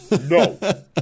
No